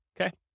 Okay